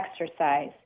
exercise